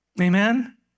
Amen